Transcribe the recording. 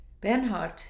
Bernhard